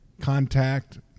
contact